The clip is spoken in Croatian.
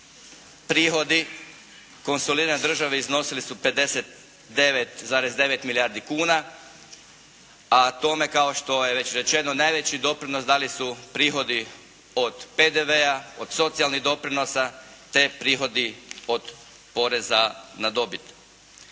prihodi konsolidirane države iznosili su 59,9 milijardi kuna, a tome kao što je već rečeno najveći doprinos dali su prihodi od PDV-a, od socijalnih doprinosa te prihodi od poreza na dobit.